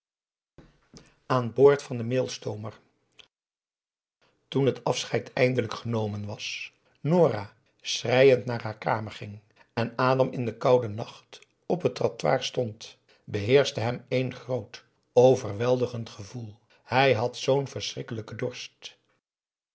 aan boord van den mailstoomer toen het afscheid eindelijk genomen was nora schreiend naar haar kamer ging en adam in den kouden nacht op het trottoir stond beheerschte hem één groot overweldigend gevoel hij had zoo'n verschrikkelijken dorst